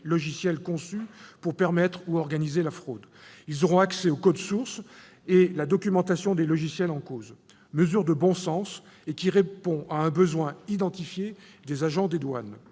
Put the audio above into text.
logiciels conçus pour permettre ou organiser la fraude. Les agents auront accès au code source et à la documentation des logiciels en cause. Il s'agit d'une mesure de bon sens, qui répond à un besoin identifié des agents des douanes.